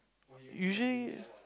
usually